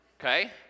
Okay